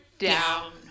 Down